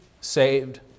saved